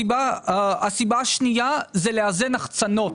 הסיבה השנייה לאזן החצנות,